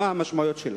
מה המשמעויות שלה?